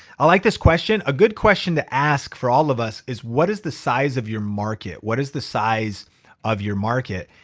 i like this question. a good question to ask for all of us is what is the size of your market? what is the size of your market?